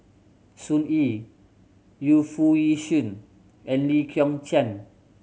Sun Yee Yu Foo Yee Shoon and Lee Kong Chian